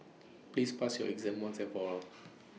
please pass your exam once and for all